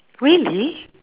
really